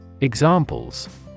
Examples